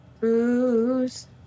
Booze